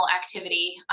activity